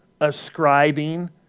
Ascribing